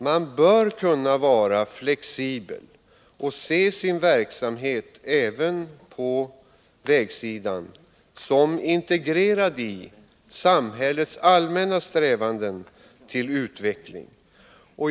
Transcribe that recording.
Man bör kunna vara flexibel och se sin verksamhet även på vägsidan såsom integrerad i samhällets allmänna strävanden till utveckling.